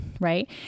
Right